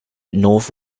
north